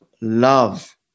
love